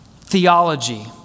theology